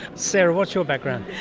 sarah, what's your background?